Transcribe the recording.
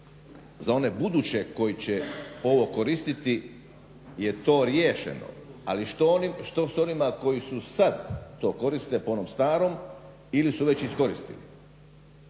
za one buduće koji će ovo koristiti je to riješeno. Ali što s onima koji su sada to koriste po onom starom ili su već iskoristili?